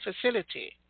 facility